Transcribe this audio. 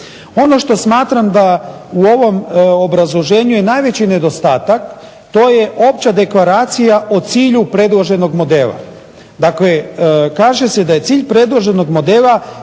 Ono što smatram da u ovom obrazloženju najveći nedostatak, to je opća deklaracija o cilju predloženog modela. Dakle, kaže se da je cilj predloženog modela